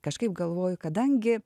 kažkaip galvoju kadangi